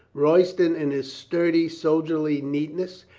royston in his sturdy sol dierly neatness.